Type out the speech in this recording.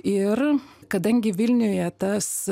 ir kadangi vilniuje tas